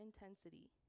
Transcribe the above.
intensity